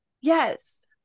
Yes